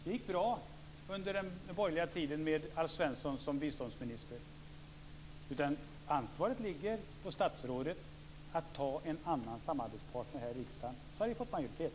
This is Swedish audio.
Det gick bra under den borgerliga tiden med Alf Svensson som biståndsminister. Ansvaret ligger på statsrådet att ta en annan samarbetspartner här i riksdagen. Då hade vi fått majoritet.